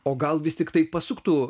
o gal vis tiktai pasuktų